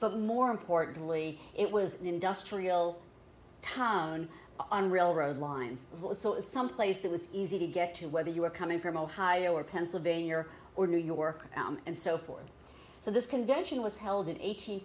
but more importantly it was an industrial town on railroad lines someplace that was easy to get to whether you were coming from ohio or pennsylvania or new york and so forth so this convention was held in eight